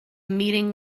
meeting